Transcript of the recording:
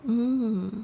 mm